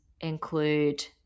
include